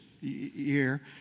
year